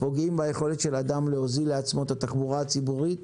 פוגעים ביכולת של אדם להוזיל לעצמו את התחבורה הציבורית